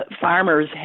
farmers